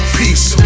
peace